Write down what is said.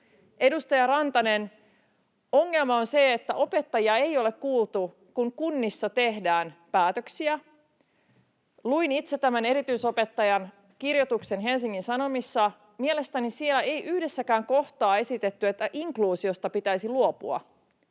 Edustaja Rantanen: Ongelma on se, että opettajia ei ole kuultu, kun kunnissa tehdään päätöksiä. Luin itse tämän erityisopettajan kirjoituksen Helsingin Sanomissa. Mielestäni siellä ei yhdessäkään kohtaa esitetty, että inkluusiosta pitäisi luopua.